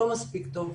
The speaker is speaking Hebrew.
לא מספיק טוב.